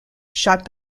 shot